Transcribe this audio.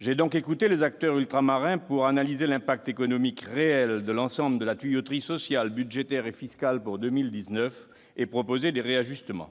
J'ai écouté les acteurs ultramarins pour analyser l'impact économique réel de l'ensemble de la tuyauterie sociale, budgétaire et fiscale pour 2019 et suggérer des réajustements.